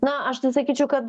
na aš tai sakyčiau kad